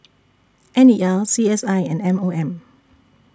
N E L C S I and M O M